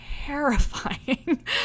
terrifying